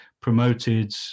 promoted